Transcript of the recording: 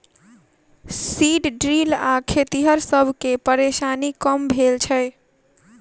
seed drill सॅ खेतिहर सब के परेशानी कम भेल छै